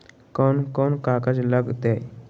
कौन कौन कागज लग तय?